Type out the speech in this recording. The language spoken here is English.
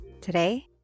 Today